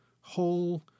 whole